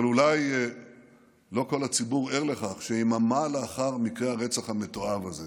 אבל אולי לא כל הציבור ער לכך שיממה לאחר מקרה הרצח המתועב הזה